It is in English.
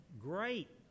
great